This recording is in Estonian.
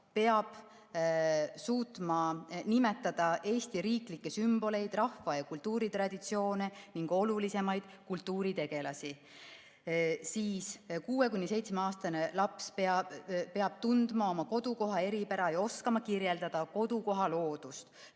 peab suutma nimetada Eesti riiklikke sümboleid, rahva‑ ja kultuuritraditsioone ning olulisemaid kultuuritegelasi. Siis, 6–7‑aastane laps peab tundma oma kodukoha eripära ja oskama kirjeldada kodukoha loodust,